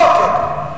הבוקר,